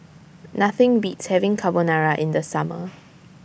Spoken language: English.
Nothing Beats having Carbonara in The Summer